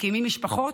מקימים משפחות?"